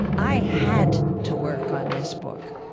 i had to work on this book,